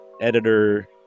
editor